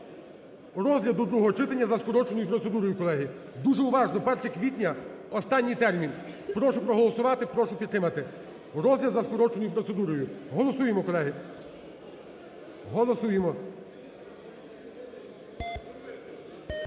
розгляд до другого читання за скороченою процедурою. Колеги, дуже уважно 1 квітня останній термін, прошу проголосувати, прошу підтримати розгляд за скороченою процедурою. Голосуємо, колеги. Голосуємо.